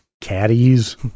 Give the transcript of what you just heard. Caddies